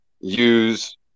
use